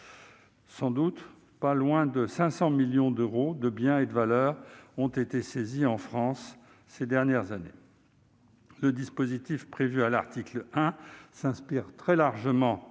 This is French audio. concernés. Pas moins de 500 millions d'euros de biens et de valeurs auraient été saisis en France ces dernières années. Le dispositif prévu à l'article 1 s'inspire très largement